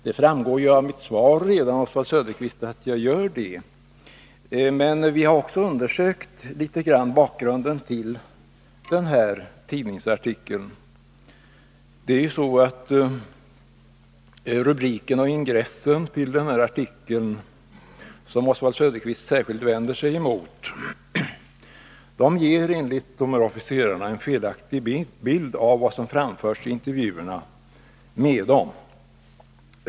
Det framgår ju redan av mitt svar, Oswald Söderqvist, att jag gör det. Men vi har också undersökt bakgrunden till den här tidningsartikeln. Det är ju så att rubriken och ingressen till denna artikel som Oswald Söderqvist särskilt vänder sig mot, enligt officerarna ger en felaktig bild av vad som framförs i intervjuerna nedom.